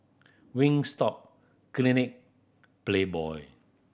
Wingstop Clinique Playboy